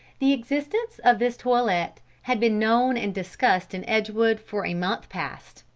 the existence of this toilette had been known and discussed in edgewood for a month past,